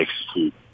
execute